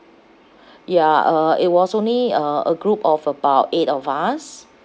ya uh it was only uh a group of about eight of us